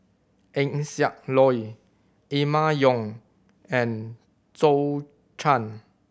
Eng Siak Loy Emma Yong and Zhou Can